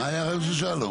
מה היה הרעיון של שלום?